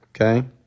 Okay